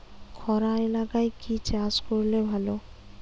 খরা এলাকায় কি চাষ করলে ভালো?